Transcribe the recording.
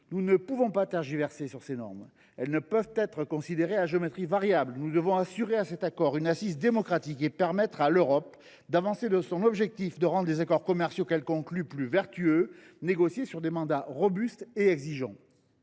Nous ne pouvons pas tergiverser sur ce point. Les normes ne peuvent pas être considérées comme étant à géométrie variable. Nous devons assurer à l’accord une assise démocratique et permettre à l’Europe d’avancer s’agissant de son objectif de rendre les accords commerciaux qu’elle conclut plus vertueux, négociés sur des mandats robustes et exigeants.